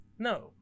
No